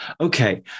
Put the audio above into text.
Okay